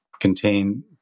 contain